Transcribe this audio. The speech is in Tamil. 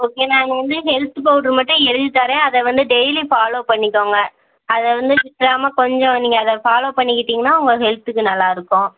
ஓகே நாங்கள் வந்து ஹெல்த் பவுடரு மட்டும் எழுதி தரேன் அதை வந்து டெய்லி ஃபாலோ பண்ணிக்கோங்க அதை வந்து நிற்காம கொஞ்சம் நீங்கள் அதை ஃபாலோ பண்ணிக்கிட்டிங்கன்னால் உங்க ஹெல்த்துக்கு நல்லா இருக்கும்